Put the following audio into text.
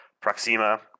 Proxima